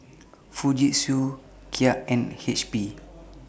Fujitsu Kia and H P